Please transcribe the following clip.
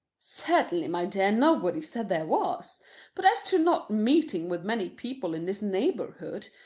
certainly, my dear, nobody said there was but as to not meeting with many people in this neighbourhood,